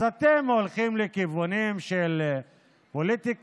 אז אתם הולכים לכיוונים של פוליטיקה